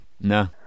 No